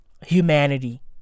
Humanity